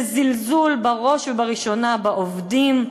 זה זלזול בראש ובראשונה בעובדים,